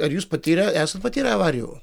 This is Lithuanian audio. ar jūs patyrę esat patyrę avarijų